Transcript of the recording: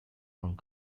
hong